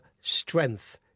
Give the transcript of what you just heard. strength